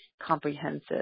comprehensive